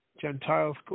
Gentiles